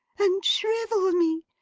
and shrivel me,